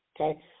Okay